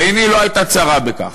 ועיני לא הייתה צרה בכך.